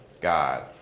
God